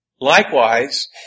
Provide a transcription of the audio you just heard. Likewise